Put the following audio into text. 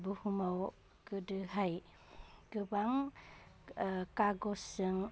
बुहुमाव गोदोहाय गोबां खागसजों